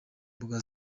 mbuga